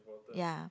ya